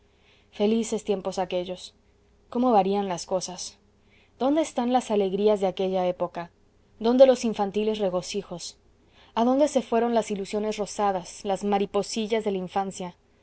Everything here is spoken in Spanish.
felices tiempos aquellos cómo varían las cosas dónde están las alegrías de aquella época dónde los infantiles regocijos a dónde se fueron las ilusiones rosadas las mariposillas de la infancia